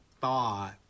thought